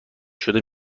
شده